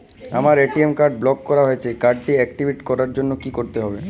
আমার ATM card block হয়ে গেছে কার্ড টি একটিভ করার জন্যে কি করতে হবে?